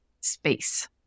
space